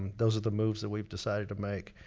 those are the moves that we've decided to make.